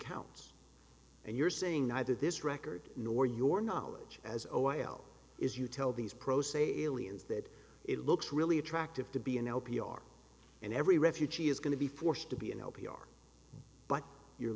counts and you're saying neither this record nor your knowledge as o i l is you tell these pro se aliens that it looks really attractive to be an l p r and every refugee is going to be forced to be an l p r but you're